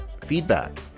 feedback